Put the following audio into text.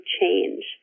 change